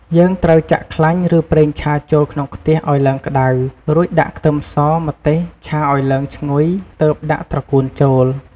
យើងត្រូវចាក់ខ្លាញ់ ឬប្រេងឆាចូលក្នុងខ្ទះឲ្យឡើងក្ដៅ រួចដាក់ខ្ទឹមស ម្ទេស ឆាឲ្យឡើងឈ្ងុយទើបដាក់ត្រកួនចូល។